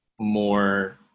more